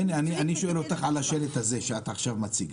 הנה, אני שואל אותך על השלט הזה שאת עכשיו מציגה,